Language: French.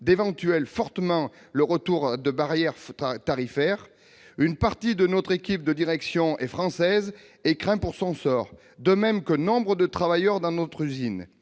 éventuel retour à des barrières tarifaires. Une partie de notre équipe de direction est française et s'inquiète pour son sort, de même que nombre de travailleurs de notre usine.